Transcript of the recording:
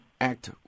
act